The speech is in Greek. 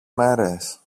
μέρες